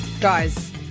Guys